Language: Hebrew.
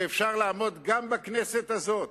שאפשר לעמוד גם בכנסת הזאת